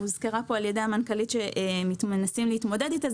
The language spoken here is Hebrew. והוזכר פה על ידי המנכ"לית שמנסים להתמודד איתה,